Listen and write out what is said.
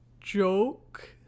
joke